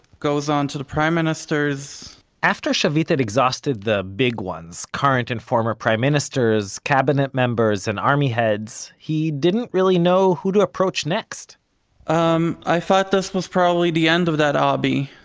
goes on to the prime ministers after shavit had exhausted the big ones current and former prime ministers, cabinet members and army heads he didn't really know who to approach next umm, i thought this was probably the end of that ah hobby.